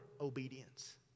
obedience